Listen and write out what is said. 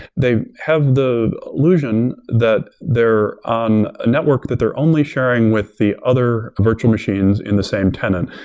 they have the illusion that they're on a network that they're only sharing with the other virtual machines in the same tenant.